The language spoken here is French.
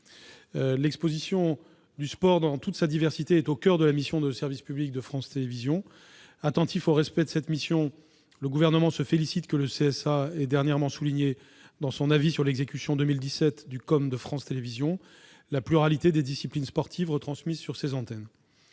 L'exposition du sport dans toute sa diversité est au coeur de la mission de service public de France Télévisions. Attentif au respect de cette mission, le Gouvernement se félicite du fait que le CSA ait dernièrement souligné, dans son avis sur l'exécution 2017 du contrat d'objectifs et de moyens de France Télévisions, la pluralité des disciplines sportives retransmises sur ses antennes.